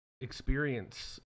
experience